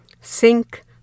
sink